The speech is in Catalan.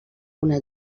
una